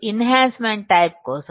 ఎన్ హాన్సమెంట్ type కోసం